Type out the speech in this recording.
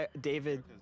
David